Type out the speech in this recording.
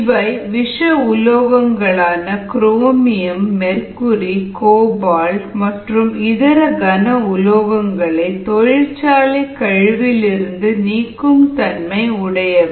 இவை விஷ உலோகங்களான குரோமியம் மெர்குரி கோபால்ட் மற்றும் இதர கன உலோகங்களை தொழிற்சாலை கழிவிலிருந்து நீக்கும் தன்மை உடையவை